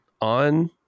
on